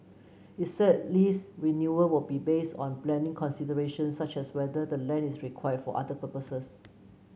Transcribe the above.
it said lease renewal will be based on planning considerations such as whether the land is required for other purposes